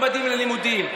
ממדים ללימודים.